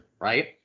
right